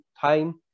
time